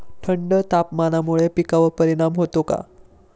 थंड तापमानामुळे पिकांवर परिणाम होतो का?